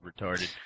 retarded